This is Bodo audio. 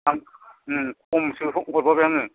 फां खमसो हरबावबाय आङो